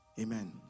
amen